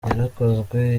yarakozwe